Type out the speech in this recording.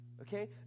Okay